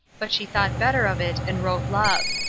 but she thought better of it and wrote love.